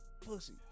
pussy